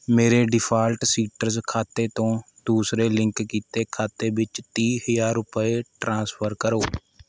ਮੇਰੇ ਡਿਫਾਲਟ ਸੀਟਰਸ ਖਾਤੇ ਤੋਂ ਦੂਸਰੇ ਲਿੰਕ ਕੀਤੇ ਖਾਤੇ ਵਿੱਚ ਤੀਹ ਹਜ਼ਾਰ ਰੁਪਏ ਟ੍ਰਾਂਸਫਰ ਕਰੋ